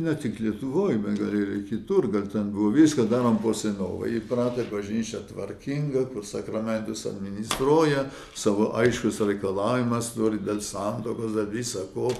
ne tik lietuvoj bet gal ir kitur gal ten buvo viską darom po senovei įpratę bažnyčia tvarkinga kur sakramentas administruoja savo aiškius reikalavimas turi dėl santuokos dė visa ko